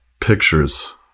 pictures